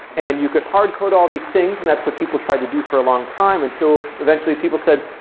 and you could hard-code all these things and that's what people tried to do for a long time, until eventually people said,